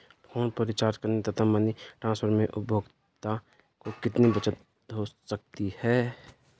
Phone पर recharge करने तथा मनी ट्रांसफर में उपभोक्ता को कितनी बचत हो सकती है?